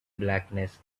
blackness